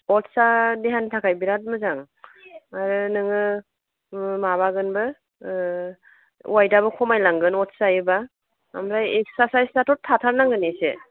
अटसया देहानि थाखाय बिराद मोजां आरो नोङो माबागोनबो अवाइटयाबो खमायलांगोन अटस जायोब्ला ओमफ्राय इक्सारसाइसाथ' थाथारनांगोन एसे